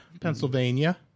Pennsylvania